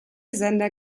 sender